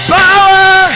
power